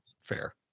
Fair